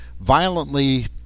violently